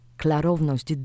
klarowność